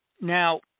Now